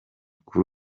kuri